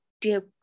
Dear